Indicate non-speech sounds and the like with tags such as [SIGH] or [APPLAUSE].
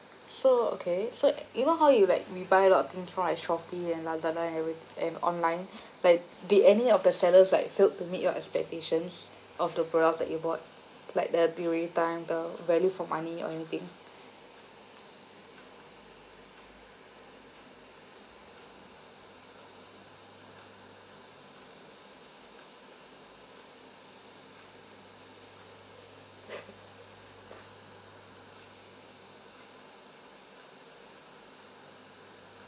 so okay so even how you like we buy a lot of thing from like shopee and lazada and every~ and online but did any of the sellers like failed to meet your expectations of the products that you bought like the delivery time the value for money or anything [LAUGHS]